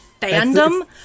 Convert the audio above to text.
fandom